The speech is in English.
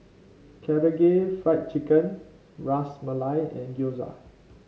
Karaage Fried Chicken Ras Malai and Gyoza